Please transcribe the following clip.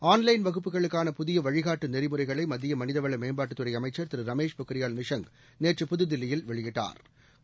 online வகுப்புகளுக்கான புதிய வழிகாட்டு நெறிமுறைகளை மத்திய மனிதவள மேம்பாட்டுத் துறை அமைச்ச் திரு ரமேஷ் பொக்ரியால் நிஷாங் நேற்று புதுதில்லியில் வெளியிட்டாா்